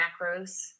macros